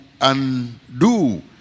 undo